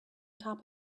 top